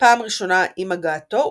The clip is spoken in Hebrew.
פעם ראשונה עם הגעתו,